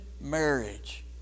marriage